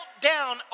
down